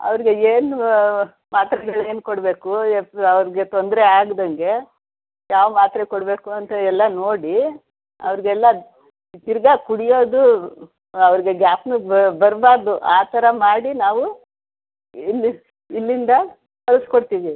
ಅವ್ರಿಗೆ ಏನು ಮಾತ್ರೆಗಳು ಏನು ಕೊಡಬೇಕು ಅವ್ರಿಗೆ ತೊಂದರೆ ಆಗದಂಗೆ ಯಾವ ಮಾತ್ರೆ ಕೊಡಬೇಕು ಅಂತ ಎಲ್ಲ ನೋಡಿ ಅವ್ರಿಗೆಲ್ಲ ತಿರ್ಗಿ ಕುಡಿಯೋದು ಅವ್ರಿಗೆ ಜ್ಞಾಪ್ನಕ್ಕೆ ಬರಬಾರ್ದು ಆ ಥರ ಮಾಡಿ ನಾವು ಇಲ್ಲಿ ಇಲ್ಲಿಂದ ಕಳ್ಸಿಕೊಡ್ತೀವಿ